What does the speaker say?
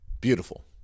Beautiful